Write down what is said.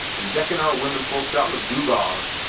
an' deckin' our women-folks out with gewgaws,